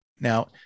Now